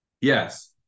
Yes